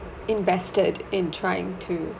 invested in trying to